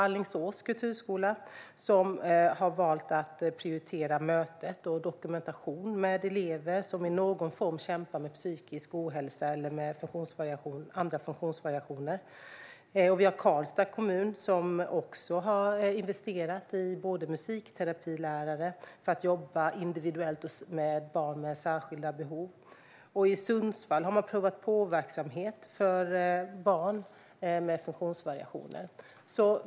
Alingsås kulturskola har valt att prioritera möten och dokumentation med elever som kämpar med någon form av psykisk ohälsa eller andra funktionsvariationer. Karlstad kommun har investerat i musikterapilärare för att jobba individuellt med barn med särskilda behov. I Sundsvall har man prova-på-verksamhet för barn med funktionsvariationer.